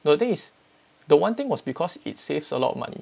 no thing is the one thing was because it saves a lot of money